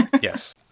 Yes